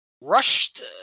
rushed